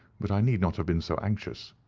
but i need not have been so anxious,